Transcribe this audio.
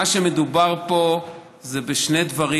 מדובר פה בשני דברים.